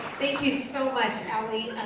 thank you so much ali.